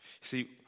See